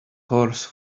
horse